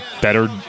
better